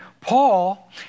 Paul